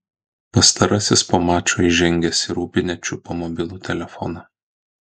pastarasis po mačo įžengęs į rūbinę čiupo mobilų telefoną